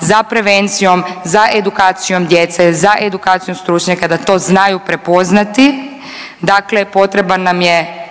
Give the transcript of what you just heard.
za prevencijom, za edukacijom djece, za edukacijom stručnjaka da to znaju prepoznati. Dakle, potreban nam je